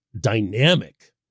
dynamic